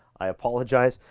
i apologize.